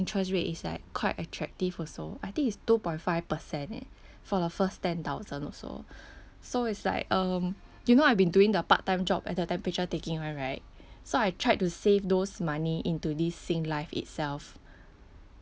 interest rate is like quite attractive also I think it's two point five percent eh for the first ten thousand also so it's like um you know I've been doing the part time job at the temperature taking one right so I tried to save those money into this Singlife itself